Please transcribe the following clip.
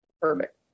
Perfect